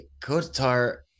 Kotar